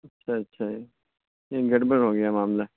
اچھا اچھا یہ گڑبڑ ہو گیا معاملہ